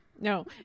No